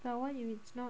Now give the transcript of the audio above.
well what if it's not